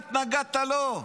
אתה התנגדת לו,